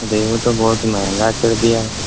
ریہو تو بہت مہنگا کڑ دیا